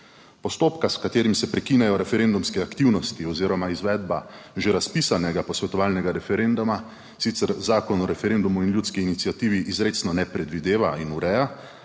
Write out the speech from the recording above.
Postopka, s katerim se prekinejo referendumske aktivnosti oziroma izvedba že razpisanega posvetovalnega referenduma, sicer Zakon o referendumu in ljudski iniciativi izrecno ne predvideva in ureja,